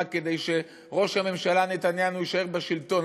כדי שראש הממשלה נתניהו יישאר בשלטון,